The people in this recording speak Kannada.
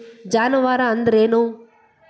ಜಾನುವಾರು ಅಂದ್ರೇನು?